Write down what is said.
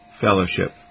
fellowship